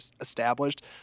established